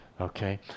Okay